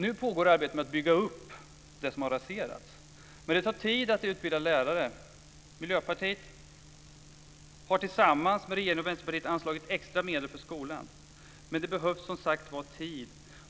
Nu pågår arbetet med att bygga upp det som har raserats. Men det tar tid att utbilda lärare. Miljöpartiet har tillsammans med regeringen och Vänsterpartiet anslagit extra medel till skolan, men det behövs som sagt tid.